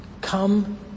come